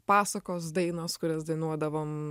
pasakos dainos kurias dainuodavom